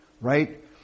Right